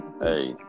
Hey